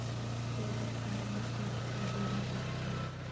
Credit card में टेक्सो देवे परते?